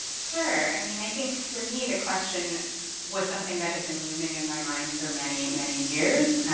sure. i mean, i think for me, the question was something that had been looming in my mind for many, many years.